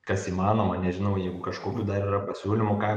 kas įmanoma nežinau jeigu kažkokių dar yra pasiūlymų ką